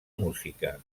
música